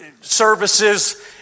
services